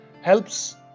helps